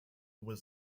was